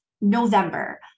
November